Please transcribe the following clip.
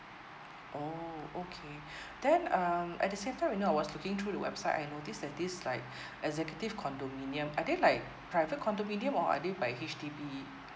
orh okay then um at the same time you know when I was looking through the website I notice that this like executive condominium are they like private condominium or are they by H_D_B